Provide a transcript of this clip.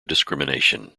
discrimination